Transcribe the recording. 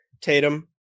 Tatum